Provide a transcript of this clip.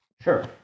sure